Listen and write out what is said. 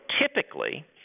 Typically